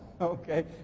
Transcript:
Okay